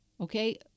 Okay